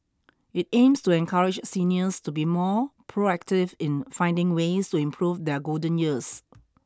it aims to encourage seniors to be more proactive in finding ways to improve their golden years